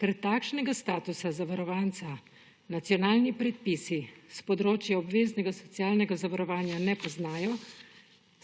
Ker takšnega statusa zavarovanca nacionalni predpisi s področja obveznega socialnega zavarovanja ne poznajo,